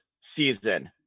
season